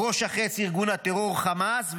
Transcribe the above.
בראש החץ ארגון הטרור חמאס,